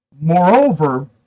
Moreover